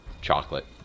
Chocolate